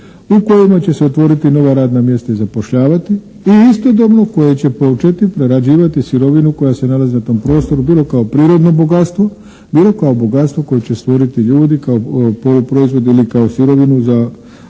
u kojima će se otvoriti nova radna mjesta i zapošljavati i istodobno koje će početi prerađivati sirovinu koja se nalazi na tom prostoru bilo kao prirodno bogatstvo, bilo kao bogatstvo koje će stvoriti ljudi kao poluproizvod ili kao sirovinu za